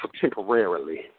temporarily